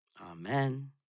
Amen